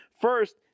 First